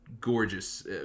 gorgeous